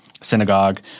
synagogue